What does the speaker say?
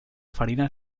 farina